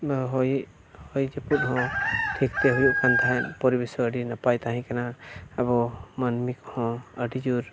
ᱦᱚᱭ ᱦᱚᱭ ᱡᱟᱹᱯᱩᱫ ᱦᱚᱸ ᱴᱷᱤᱠᱛᱮ ᱦᱩᱭᱩᱜ ᱠᱟᱱ ᱛᱟᱦᱮᱸᱫ ᱯᱚᱨᱤᱵᱮᱥ ᱦᱚᱸ ᱟᱹᱰᱤ ᱱᱟᱯᱟᱭ ᱛᱟᱦᱮᱸ ᱠᱟᱱᱟ ᱟᱵᱚ ᱢᱟᱹᱱᱢᱤ ᱠᱚᱦᱚᱸ ᱟᱹᱰᱤᱡᱳᱨ